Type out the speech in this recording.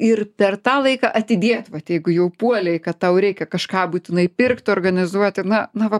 ir per tą laiką atidėt vat jeigu jau puolei kad tau reikia kažką būtinai pirkt organizuoti na na va